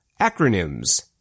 Acronyms